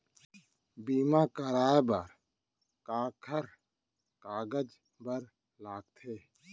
बीमा कराय बर काखर कागज बर लगथे?